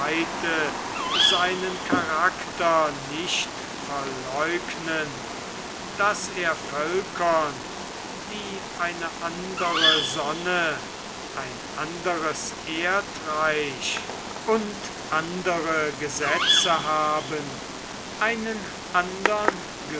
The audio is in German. seinen charakter nicht verleugnen daß er völkern die eine andere sonne ein anderes erdreich und andere gesetze haben einen andern